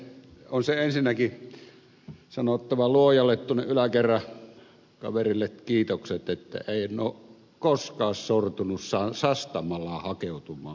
on se ensinnäkin sanottava luojalle tuonne yläkerran kaverille kiitokset että en ole koskaan sortunut sastamalaan hakeutumaan asumaan